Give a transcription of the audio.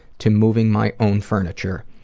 to moving my own furniture,